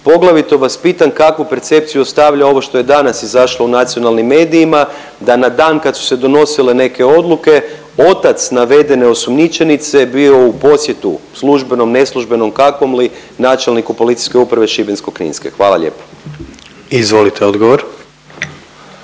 Poglavito vas pitam kakvu percepciju ostavlja ovo što je danas izašlo u nacionalnim medijima da na dan kad su se donosile neke odluke otac navedene osumnjičenice bio u posjetu službenom, neslužbenom kakvom li načelniku PU Šibensko-kninske? Hvala lijepo. **Jandroković,